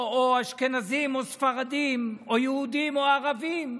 או אשכנזים או ספרדים, או יהודים או ערבים,